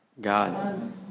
god